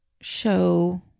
show